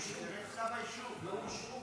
התשפ"ה 2024, אושרה